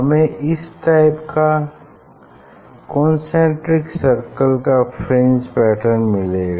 हमें इस टाइप का कन्सेन्ट्रिक सर्कल्स का फ्रिंज पैटर्न मिलेगा